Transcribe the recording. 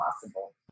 possible